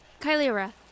Kylira